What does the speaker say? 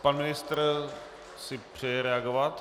Pan ministr si přeje reagovat?